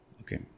Okay